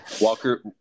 Walker